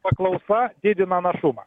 paklausa didina našumą